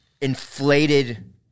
inflated